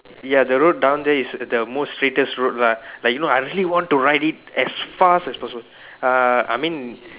ya the road down there is the most fattest road lah like you know I really want to ride it as fast as possible uh I mean